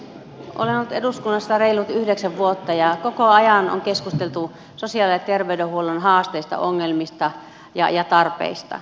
olen ollut eduskunnassa reilut yhdeksän vuotta ja koko ajan on keskusteltu sosiaali ja terveydenhuollon haasteista ongelmista ja tarpeista